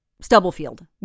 Stubblefield